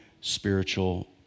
spiritual